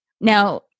Now